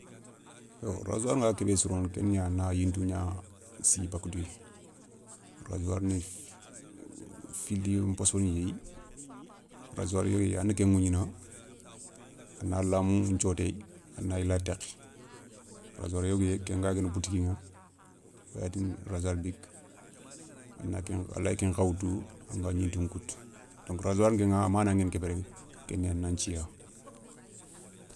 Yo rasoir nga ké bé sirono ké ni ya na yintou gna si bakka douya, roisoir ni fili nposso ni yéyi rasoir yogo yéyi a nan ké wougnina a na lamou nthiotéyi, a na yila tékhé. rasoir yogo yéyi ken guaguéné boutiki gna, i ga tini rasoir bic, a layi kenkha woutou anga gnintou nkoutou, donc rasoir kéngha a manna nguéni ké bé rek ké ni ya nan thiya.